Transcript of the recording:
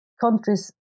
countries